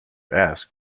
ask